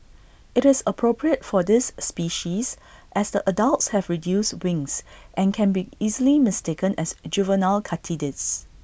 IT is appropriate for this species as the adults have reduced wings and can be easily mistaken as juvenile katydids